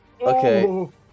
Okay